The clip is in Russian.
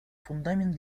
фундамент